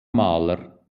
maler